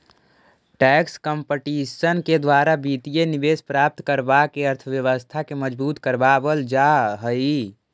tax competition के द्वारा वित्तीय निवेश प्राप्त करवा के अर्थव्यवस्था के मजबूत करवा वल जा हई